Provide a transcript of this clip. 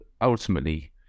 ultimately